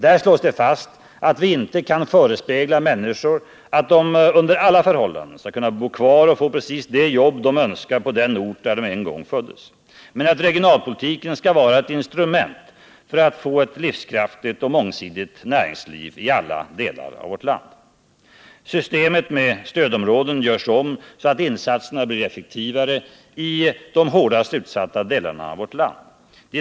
Där slås det fast att vi inte kan förespegla människor att de under alla förhållanden skall kunna bo kvar och få precis det jobb de önskar på den ort där de en gång föddes, men att regionalpolitiken skall vara ett instrument att få ett livskraftigt och mångsidigt näringsliv i alla delar av vårt land. Systemet med stödområden görs om så att insatserna blir effektivare i de hårdast utsatta regionerna.